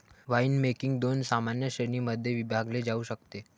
winemaking दोन सामान्य श्रेणीं मध्ये विभागले जाऊ शकते